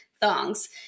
thongs